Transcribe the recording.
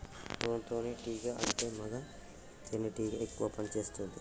drone తేనే టీగా అంటే మగ తెనెటీగ ఎక్కువ పని చేస్తుంది